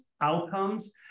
outcomes